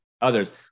others